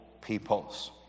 peoples